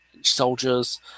soldiers